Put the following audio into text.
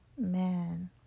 man